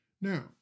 Now